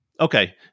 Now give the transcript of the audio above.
Okay